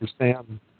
understand